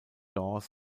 george